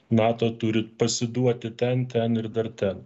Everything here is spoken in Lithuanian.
nato turi pasiduoti ten ten ir dar ten